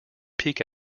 peak